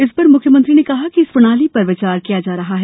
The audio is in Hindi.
इस पर मुख्यमंत्री ने कहा कि इस प्रणाली पर विचार किया जा रहा है